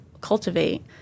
cultivate